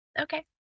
Okay